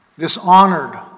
Dishonored